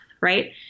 Right